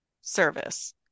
service